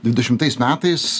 dvidešimtais metais